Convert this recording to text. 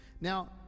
Now